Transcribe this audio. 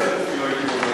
מנומסת אפילו, הייתי אומר.